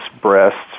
breasts